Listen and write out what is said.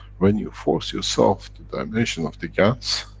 when you force yourself to dimension of the gans,